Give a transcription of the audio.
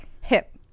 hip